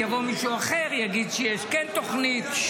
יבוא מישהו אחר, יגיד שכן יש תוכנית.